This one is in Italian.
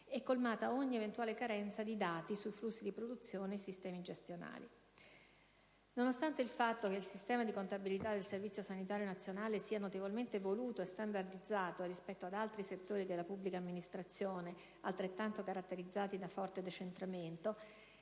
e colmata ogni eventuale carenza di dati sui flussi di produzione e dei sistemi gestionali. Nonostante il fatto che il sistema di contabilità del Servizio sanitario nazionale sia notevolmente evoluto e standardizzato rispetto ad altri settori della pubblica amministrazione altrettanto caratterizzati da un forte decentramento,